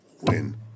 win